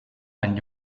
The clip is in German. ein